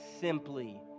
simply